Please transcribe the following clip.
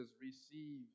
receive